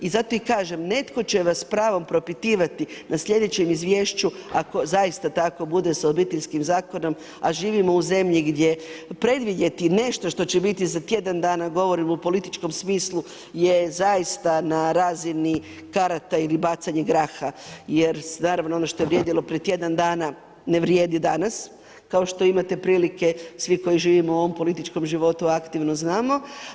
I zato i kažem, netko će vas s pravom propitivati na sljedećem izvješću ako zaista tako bude sa Obiteljskim zakonom, a živimo u zemlji gdje predvidjeti nešto što će biti za tjedan dana, govorim u političkom smislu, je zaista na razini karata ili bacanje graha jer naravno ono što je vrijedilo prije tjedan dana, ne vrijedi danas, kao što imate prilike svi koji živimo u ovom političkom životu aktivno, znamo.